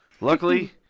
Luckily